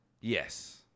Yes